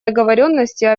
договоренности